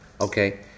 okay